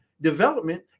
development